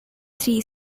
three